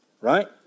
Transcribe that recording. Right